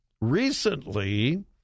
recently